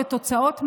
ותוצאות מלאות.